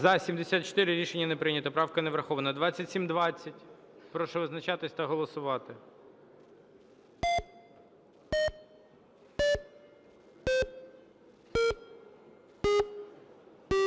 За-74 Рішення не прийнято. Правка не врахована. 2720, прошу визначатись та голосувати.